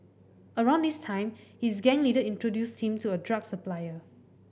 around this time his gang leader introduced him to a drug supplier